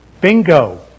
Bingo